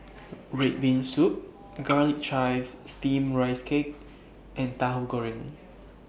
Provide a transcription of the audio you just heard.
Red Bean Soup Garlic Chives Steamed Rice Cake and Tahu Goreng